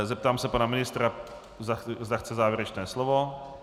Zeptám se pana ministra, zda chce závěrečné slovo.